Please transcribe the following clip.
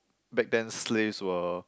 back thens slaves were